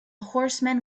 horseman